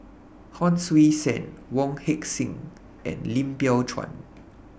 Hon Sui Sen Wong Heck Sing and Lim Biow Chuan